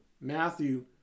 Matthew